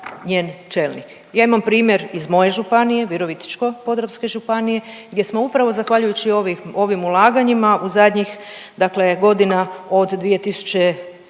Ja imam primjer iz moje županije, Virovitičko-podravske županije, gdje smo upravo zahvaljujući ovim ulaganjima u zadnjih dakle godina od 2018.